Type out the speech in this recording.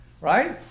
right